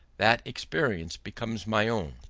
that experience becomes my own.